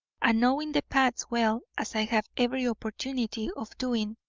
and, knowing the paths well, as i have every opportunity of doing,